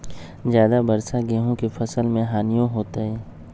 ज्यादा वर्षा गेंहू के फसल मे हानियों होतेई?